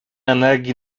energii